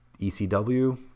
ECW